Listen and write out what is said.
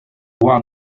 one